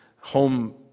home